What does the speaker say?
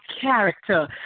character